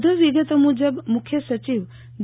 વધુ વિગતો મુજબ મુખ્ય સચિવ જે